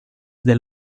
del